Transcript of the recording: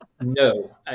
No